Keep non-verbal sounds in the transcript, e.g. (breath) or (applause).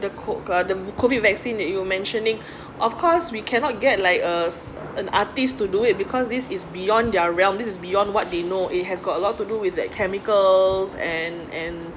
the co~ uh the COVID vaccine that you were mentioning (breath) of course we cannot get like uh an artist to do it because this is beyond their realm this is beyond what they know it has got a lot to do with the chemicals and and